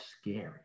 scary